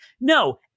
No